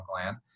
gland